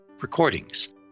recordings